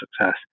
success